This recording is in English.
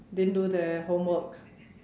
didn't do their homework